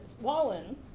Wallen